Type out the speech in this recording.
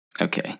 okay